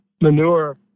manure